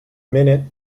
minute